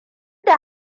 da